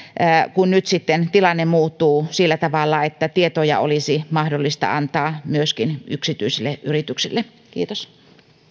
kun nyt sitten tilanne muuttuu sillä tavalla että tietoja olisi mahdollista antaa myöskin yksityisille yrityksille kiitos